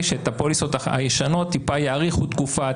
שאת הפוליסות הישנות טיפה יאריכו תקופה,